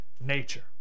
nature